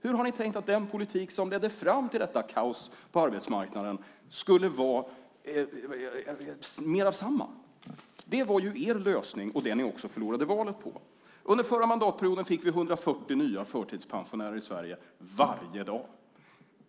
Hur har ni tänkt er att lösningen på den politik som ledde fram till detta kaos på arbetsmarknaden skulle vara mer av samma? Det var er lösning, och det var också det ni förlorade valet på. Under förra mandatperioden fick vi 140 nya förtidspensionärer i Sverige varje dag.